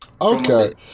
Okay